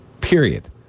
Period